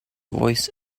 voice